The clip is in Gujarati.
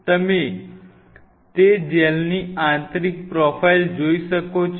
તમે તે જેલની આંતરિક પ્રોફાઇલ જોઈ શકો છો